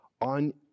on